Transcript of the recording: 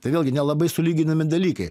tai vėlgi nelabai sulyginami dalykai